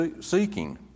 seeking